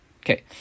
Okay